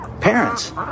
parents